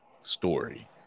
story